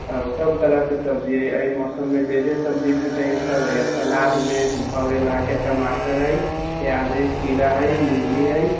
आ सब तरहकेँ सब्जी अछि एहि मौसममे जे जे सब्जी भेटैए सब यऽ सब सलादमे भए गेल अहाँकेँ टमाटर अछि प्याज अछि खीरा अछि मूली अछि